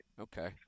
Okay